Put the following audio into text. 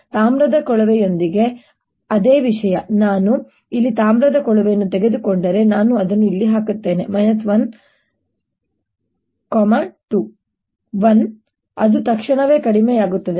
ತಾಮ್ರದ ಕೊಳವೆಯೊಂದಿಗೆ ಅದೇ ವಿಷಯ ನಾನು ಇಲ್ಲಿ ತಾಮ್ರದ ಕೊಳವೆಯನ್ನು ತೆಗೆದುಕೊಂಡರೆ ನಾನು ಅದನ್ನು ಇಲ್ಲಿ ಹಾಕುತ್ತೇನೆ 1 2 1 ಅದು ತಕ್ಷಣವೇ ಕಡಿಮೆಯಾಗುತ್ತದೆ